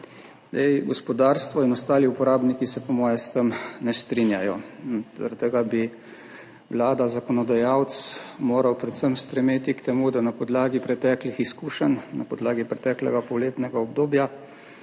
Gospodarstvo in ostali uporabniki se po moje s tem ne strinjajo. Zaradi tega bi Vlada, zakonodajalec moral predvsem stremeti k temu, da na podlagi preteklih izkušenj, na podlagi preteklega polletnega obdobja